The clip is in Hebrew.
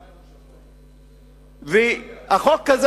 שתיים או שלוש.